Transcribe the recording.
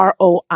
ROI